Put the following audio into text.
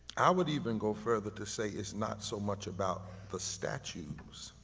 i would even go further to say it's not so much about the statues